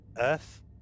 earth